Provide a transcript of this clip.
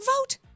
vote